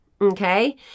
okay